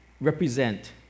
represent